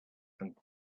and